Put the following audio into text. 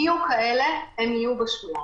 יהיו כאלה, אבל הם יהיו בשוליים.